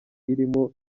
irimo